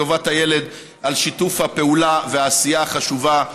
טובת הילד" על שיתוף הפעולה והעשייה החשובה,